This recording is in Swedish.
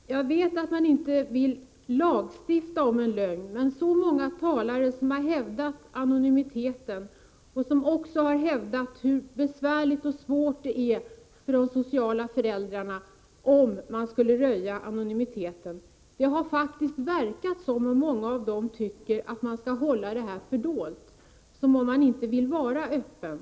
Fru talman! Jag vet att man inte vill lagstifta om en lögn. Men det har verkat som om många av de talare som har hävdat anonymiteten och som har framhållit hur svårt det skulle bli för de sociala föräldrarna om man röjde anonymiteten faktiskt tycker att man skall hålla inseminationen fördold. Jag har fått intrycket att de inte vill vara öppna.